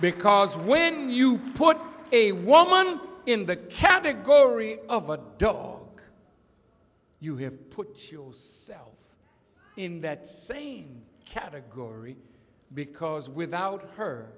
because when you put a woman in the category of a duck you have put in that same category because without her